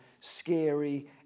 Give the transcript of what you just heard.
scary